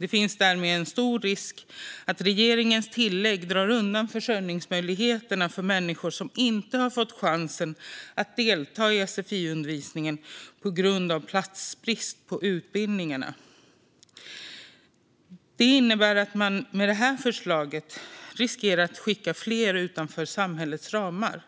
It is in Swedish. Det finns därmed en stor risk för att regeringens tillägg drar undan försörjningsmöjligheterna för människor som inte har fått chansen att delta i sfi-undervisning på grund av platsbrist på utbildningarna. Det innebär att man med det här förslaget riskerar att skicka fler utanför samhällets ramar,